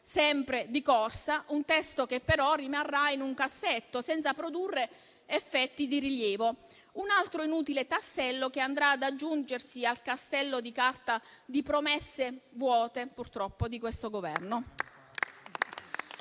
sempre di corsa; un testo che però rimarrà in un cassetto, senza produrre effetti di rilievo. È un altro inutile tassello, che andrà ad aggiungersi al castello di carta di promesse vuote, purtroppo, di questo Governo.